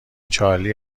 چارلی